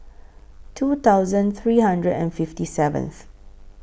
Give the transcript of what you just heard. two thousand three hundred and fifty seventh